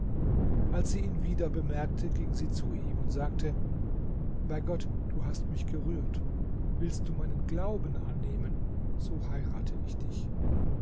als sie ihn wieder bemerkte ging sie zu ihm und sagte bei gott du hast mich gerührt willst du meinen glauben annehmen so heirate ich dich